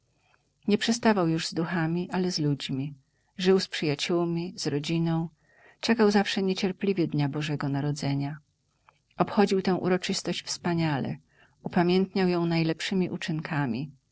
nie przestawał już z duchami ale z ludźmi żył z przyjaciółmi z rodziną czekał zawsze niecierpliwie dnia bożego narodzenia obchodził tę uroczystość wspaniale upamiętniał ją najlepszymi uczynkami